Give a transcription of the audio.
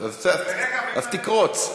אז תקרוץ.